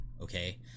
Okay